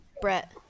Brett